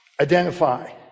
identify